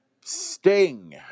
Sting